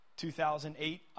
2008